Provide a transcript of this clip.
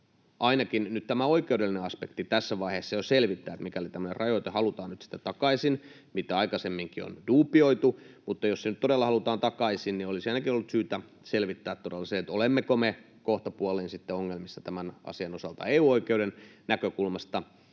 tämä oikeudellinen aspekti tässä vaiheessa jo selvittää. Mikäli tämmöinen rajoite halutaan nyt sitten takaisin — mitä aikaisemminkin on duubioitu, mutta jos se nyt todella halutaan takaisin — niin olisi ainakin ollut syytä selvittää todella se, olemmeko me kohtapuoliin sitten ongelmissa tämän asian osalta EU-oikeuden näkökulmasta.